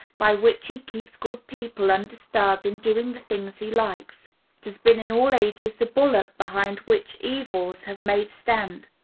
by which he keeps good people undisturbed in doing the things he likes. it has been in all ages the bulwark behind which evils have made stand,